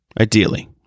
ideally